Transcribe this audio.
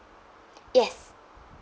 yes